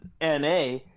na